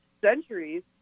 centuries